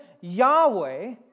Yahweh